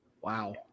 Wow